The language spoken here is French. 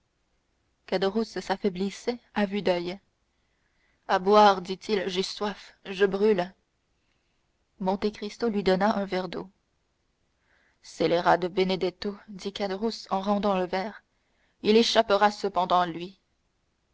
s'affaiblissait à vue d'oeil à boire dit-il j'ai soif je brûle monte cristo lui donna un verre d'eau scélérat de benedetto dit caderousse en rendant le verre il échappera cependant lui